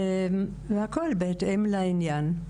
והכול בהתאם לעניין.